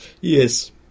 Yes